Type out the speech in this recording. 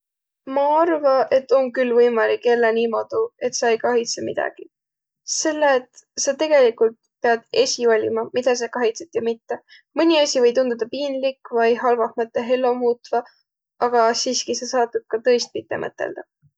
Ma arva, et om küll võimalik elläq niimoodu, et sa ei kahitsa midägi. Selle et sa tegeligult piät esiq valima, midä sa kahitsõt ja mitte. Mõni asi või tunduda piinlik vai halvah mõttõh ello muutva, agaq siskiq sa saat tuud ka tõistpite mõtõldaq.